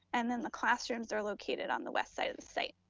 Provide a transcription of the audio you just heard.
and then the classrooms are located on the west side of the site.